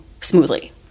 smoothly